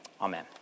amen